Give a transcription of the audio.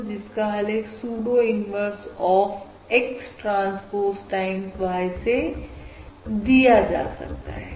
और जिसका हल एक pseudo inverse of X transpose time Y से दिया जा सकता है